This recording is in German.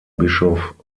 bischof